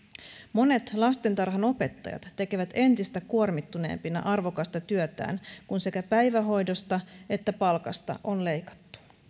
monet lastentarhanopettajat tekevät entistä kuormittuneempina arvokasta työtään kun sekä päivähoidosta että palkasta on leikattu